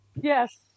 Yes